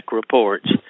reports